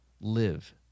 live